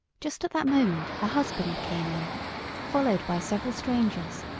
just at that moment her husband came in followed by several strangers,